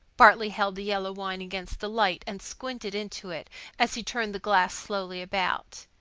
bartley held the yellow wine against the light and squinted into it as he turned the glass slowly about.